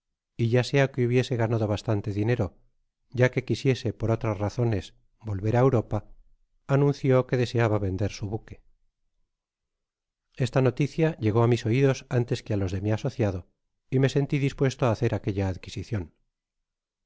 y ya sea que hubiese ganado bastante dinero ya que quisiese por otras razones volver á europa anunció que deseaba vender su buque esta noticia llegó á mis oidos antes que á los de mi asociado y me senti dispuesto á hacer aquella adquisicion